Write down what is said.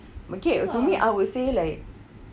okay to me I would say like